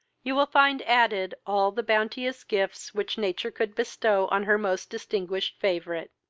you will find added all the bounteous gifts which nature could bestow on her most distinguished favourite.